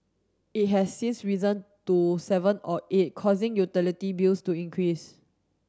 it has since risen to seven or eight causing utility bills to increase